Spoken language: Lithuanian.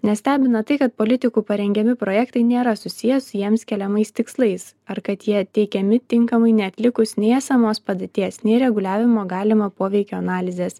nestebina tai kad politikų parengiami projektai nėra susiję su jiems keliamais tikslais ar kad jie teikiami tinkamai neatlikus nei esamos padėties nei reguliavimo galimo poveikio analizės